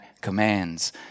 commands